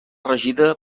regida